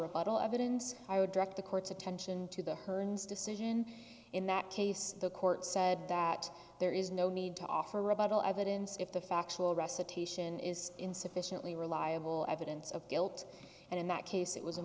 rebuttal evidence i would direct the court's attention to the hearns decision in that case the court said that there is no need to offer rebuttal evidence if the factual recitation is in sufficiently reliable evidence of guilt and in that case it was a